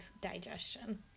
digestion